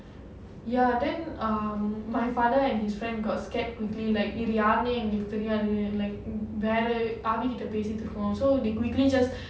ya then um my father and his friend got scared quickly like இது யாருனே எங்களுக்கு தெரியாது:idhu yaarunae engalukku theriyaadhu like வேற ஆவி கிட்ட பேசிட்டு இருக்கோம்:vera aavi kita pesitu irukkom so they quickly just